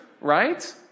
right